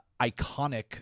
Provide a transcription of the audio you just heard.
iconic